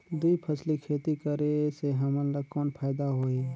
दुई फसली खेती करे से हमन ला कौन फायदा होही?